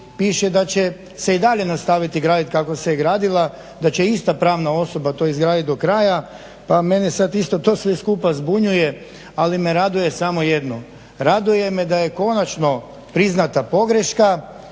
da će se i dalje nastaviti graditi kako se je gradila, da će ista pravna osoba to izgradit do kraja pa mene sad isto to sve skupa zbunjuje, ali me raduje samo jedno. Raduje me da je konačno priznata pogreška,